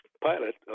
pilot